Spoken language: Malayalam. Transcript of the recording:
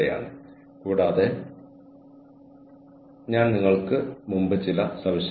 എങ്ങനെ ഞാൻ നിങ്ങളോട് പറയാം